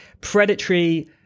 predatory